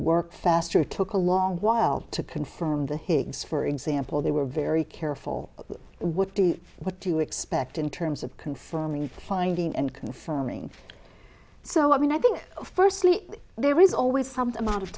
work faster took a long while to confirm the higgs for example they were very careful with what to expect in terms of confirming finding and confirming so i mean i think firstly there is always some